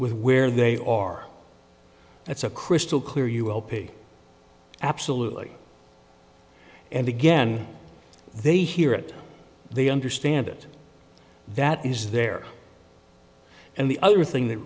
with where they are it's a crystal clear you all pig absolutely and again they hear it they understand it that is there and the other thing that